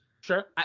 Sure